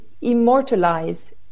immortalize